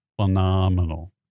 phenomenal